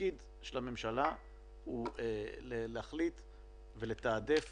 התפקיד של הממשלה הוא להחליט ולתעדף